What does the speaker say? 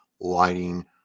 lighting